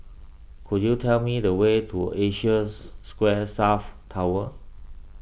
could you tell me the way to Asia Square South Tower